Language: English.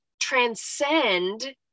transcend